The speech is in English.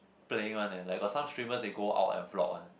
playing one leh like got some treatment they go out and block one